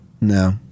No